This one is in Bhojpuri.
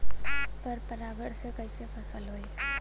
पर परागण से कईसे फसल होई?